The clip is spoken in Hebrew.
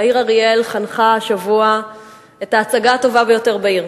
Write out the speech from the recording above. העיר אריאל חנכה השבוע את ההצגה הטובה ביותר בעיר.